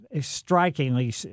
strikingly